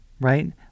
right